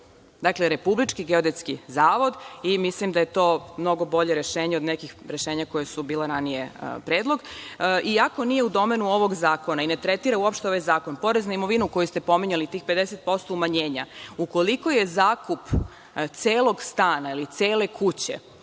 dakle Republički geodetski zavod i mislim da je to mnogo bolje rešenje od nekih rešenja koja su bila ranije predlog. Iako nije u domenu ovog zakona i ne tretira uopšte ovaj zakon, prorez na imovinu koji ste pominjali, tih 50% umanjenja. Ukoliko je zakup celog stana ili cele kuće,